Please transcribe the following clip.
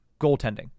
goaltending